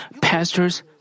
pastors